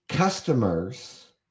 Customers